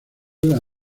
las